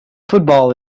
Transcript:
football